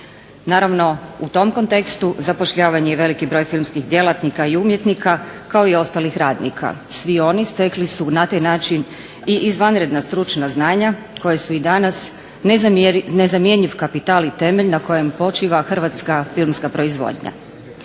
Naravno u tom kontekstu zapošljavan je i veliki broj filmskih djelatnika i umjetnika, kao i ostalih radnika. Svi oni stekli su na taj način i izvanredna stručna znanja koja su i danas nezamjenjiv kapital i temelj na kojem počiva hrvatska filmska proizvodnja.